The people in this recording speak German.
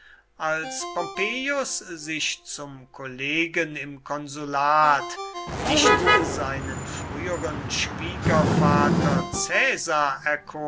als pompeius sich zum kollegen im konsulat nicht seinen früheren schwiegervater